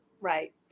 Right